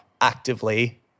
actively